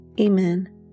Amen